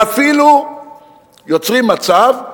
ואפילו יוצרים מצב,